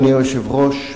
אדוני היושב-ראש,